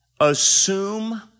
assume